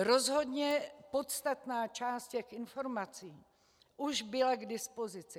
Rozhodně podstatná část těch informací už byla k dispozici.